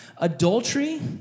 Adultery